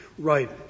Right